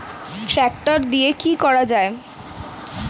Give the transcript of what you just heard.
Tractor দিয়ে কি করা যায়?